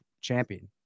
champion